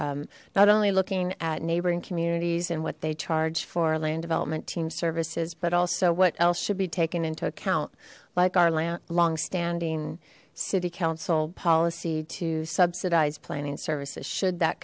for not only looking at neighboring communities and what they charge for land development team services but also what else should be taken into account like our long standing city council policy to subsidize planning services should that